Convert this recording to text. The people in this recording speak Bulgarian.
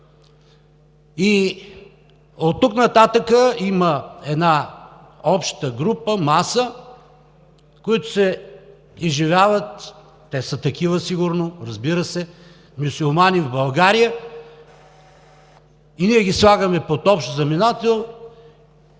И оттук нататък има една обща група, маса, които се изживяват, те са такива сигурно, разбира се, мюсюлмани в България (председателят дава сигнал,